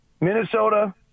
Minnesota